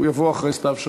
הוא יבוא אחרי סתיו שפיר.